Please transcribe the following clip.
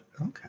Okay